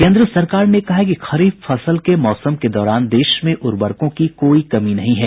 केंद्र सरकार ने कहा है कि खरीफ फसल के मौसम के दौरान देश में उर्वरकों की कोई कमी नहीं है